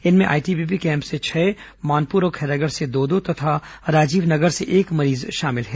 इनमें ITBP camp से छह मानपुर और खैरागढ़ से दो दो तथा राजीव नगर से एक मरीज शामिल है